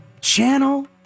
channel